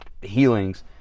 healings